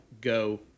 go